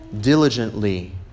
diligently